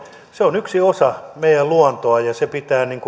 se on yksi osa meidän luontoamme ja sen pitää